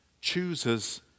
chooses